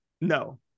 No